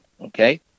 okay